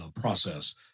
process